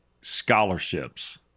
scholarships